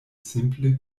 simple